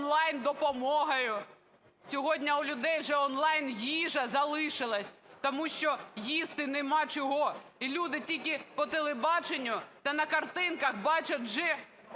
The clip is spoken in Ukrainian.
онлайн-допомогою? Сьогодні у людей вже онлайн-їжа залишилась, тому що їсти нема чого, і люди тільки по телебаченню та на картинках бачать вже,